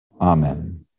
Amen